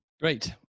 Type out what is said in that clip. Great